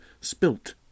spilt